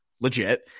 legit